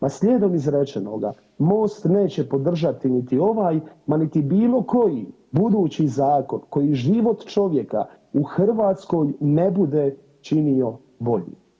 A slijedom izrečenoga, Mosta neće podržati niti ovaj, ma niti bilo koji budući zakon koji život čovjeka u Hrvatskoj ne bude činio boljim.